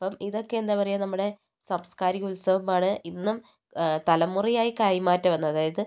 അപ്പം ഇതൊക്കെ എന്താ പറയുക നമ്മുടെ സാംസ്കാരിക ഉത്സവമാണ് ഇന്നും തലമുറയായി കൈമാറ്റം വന്ന അതായത്